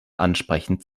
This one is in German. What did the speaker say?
ansprechend